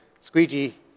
squeegee